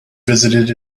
visited